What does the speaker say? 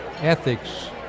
ethics